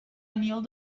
aniol